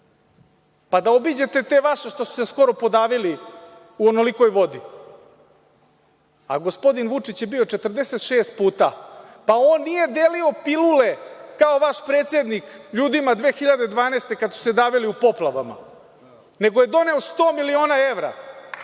da obiđete te vaše što su se skoro podavili u onolikoj vodi. Gospodin Vučić je bio 46 puta. On nije delio pilule kao vaš predsednik ljudima 2012. godine kada su se davili u poplavama, nego je doneo 100 miliona evra